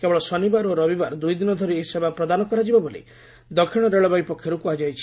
କେବଳ ଶନିବାର ଓ ରବିବାର ଦୁଇ ଦିନ ଧରି ଏହି ସେବା ପ୍ରଦାନ କରାଯିବ ବୋଲି ଦକ୍ଷୀଣ ରେଳବାଇ ପକ୍ଷରୁ କୁହାଯାଇଛି